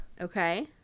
okay